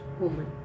woman